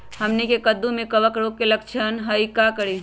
हमनी के कददु में कवक रोग के लक्षण हई का करी?